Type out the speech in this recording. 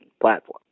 platform